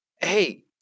hey